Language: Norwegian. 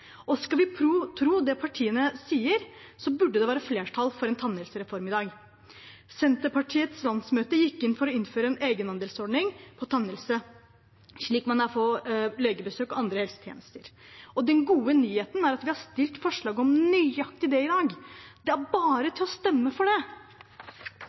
og skal vi tro det partiene sier, burde det være flertall for en tannhelsereform i dag. Senterpartiets landsmøte gikk inn for å innføre en egenandelsordning på tannhelse, slik man har for legebesøk og andre helsetjenester. Og den gode nyheten er at vi har forslag om nøyaktig det i dag – det er bare